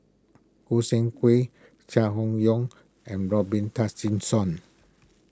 Gog Sing Hooi Chai Hon Yoong and Robin Tessensohn